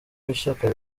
w’ishyaka